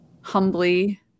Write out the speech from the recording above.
humbly